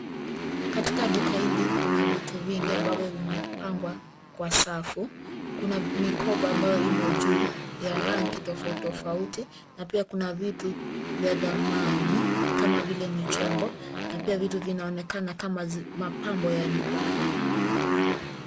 Katika duka hili kuna vitu vingi ambavyo vimepangwa kwa safu. Kuna mikoba ambayo imo juu ya rangi tofauti tofauti na pia kuna vitu vya thamani kama vile michongo na pia vitu vinaonekana kama mapambo ya nyumbani.